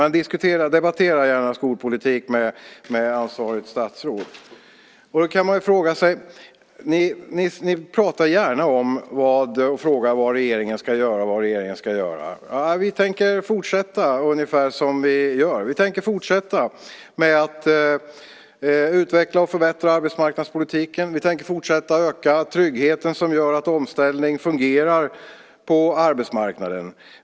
Men debattera gärna skolpolitik med ansvarigt statsråd. Ni pratar gärna om och frågar vad regeringen ska göra. Vi tänker fortsätta ungefär som vi gör. Vi tänker fortsätta med att utveckla och förbättra arbetsmarknadspolitiken. Vi tänker fortsätta att öka tryggheten så att omställning fungerar på arbetsmarknaden.